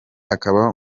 akaba